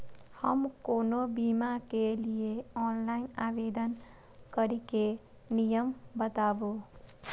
हम कोनो बीमा के लिए ऑनलाइन आवेदन करीके नियम बाताबू?